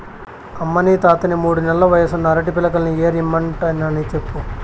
అమ్మనీ తాతని మూడు నెల్ల వయసున్న అరటి పిలకల్ని ఏరి ఇమ్మంటినని చెప్పు